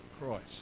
christ